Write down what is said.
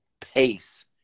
pace